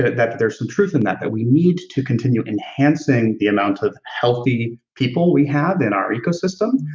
that that there's some truth in that, that we need to continue enhancing the amount of healthy people we have in our ecosystem.